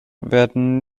werden